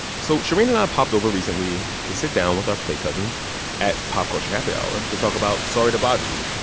so shereen and i popped over recently to sit down with our play cousins at pop culture happy hour to talk about sorry to bother you.